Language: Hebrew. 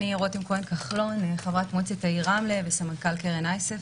אני חברת מועצת העיר רמלה וסמנכ"ל קרן אייסף,